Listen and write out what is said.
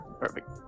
perfect